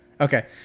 Okay